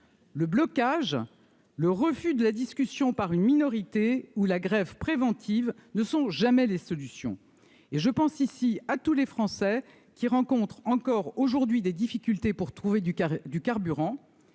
Le blocage, le refus de la discussion, par une minorité ou la grève préventive ne sont jamais les solutions et je pense ici à tous les Français qui rencontre encore aujourd'hui des difficultés pour trouver du du carburant,